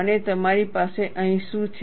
અને તમારી પાસે અહીં શું છે